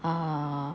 uh